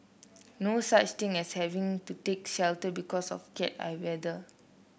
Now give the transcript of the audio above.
no such thing as having to take shelter because of Cat I weather